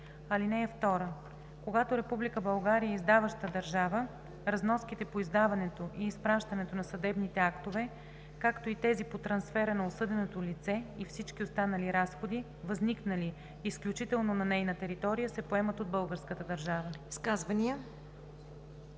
(2) Когато Република България е издаваща държава, разноските по издаването и изпращането на съдебните актове, както и тези по трансфера на осъденото лице и всички останали разходи, възникнали изключително на нейна територия, се поемат от българската държава.“